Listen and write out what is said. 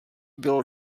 bylo